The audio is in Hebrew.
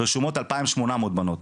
רשומות אלפיים שמונה מאות בנות.